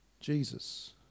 Jesus